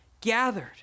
gathered